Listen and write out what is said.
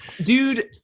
Dude